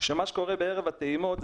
דיברנו על מה שקורה בערב הטעימות,